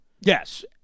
Yes